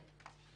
כן.